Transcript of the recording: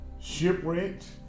shipwrecked